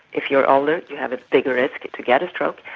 if you're older you have a bigger risk to get a stroke,